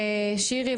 שירי,